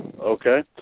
Okay